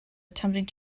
attempting